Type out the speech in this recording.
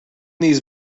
these